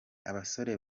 abasore